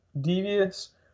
devious